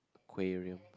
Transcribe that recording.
aquarium